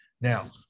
Now